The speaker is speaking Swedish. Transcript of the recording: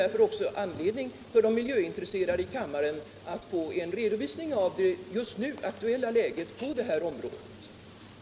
Det finns kanske anledning för de miljöintresserade i kammaren att ta del av en redovisning av det just nu aktuella läget på området.